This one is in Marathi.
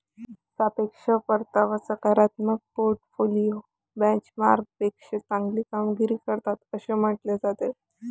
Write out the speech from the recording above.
सापेक्ष परतावा सकारात्मक पोर्टफोलिओ बेंचमार्कपेक्षा चांगली कामगिरी करतात असे म्हटले जाते